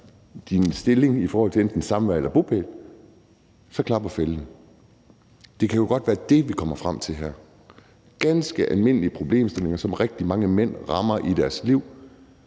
din stilling i forhold til enten samvær eller bopæl, så klapper fælden. Det kan jo godt være det, vi kommer frem til her, altså ganske almindelige problemstillinger, som rigtig mange mænd rammer i deres liv,